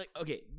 Okay